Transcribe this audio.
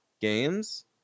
games